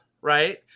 right